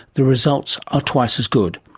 the results are twice as good.